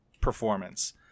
performance